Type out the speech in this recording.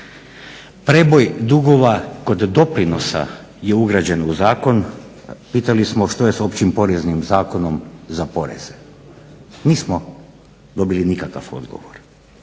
Preboj dugova kod doprinosa je ugrađen u zakon, a pitali smo što je s općim poreznim Zakonom za porez? Nismo dobili nikakav odgovor.